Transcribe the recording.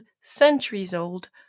centuries-old